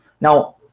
Now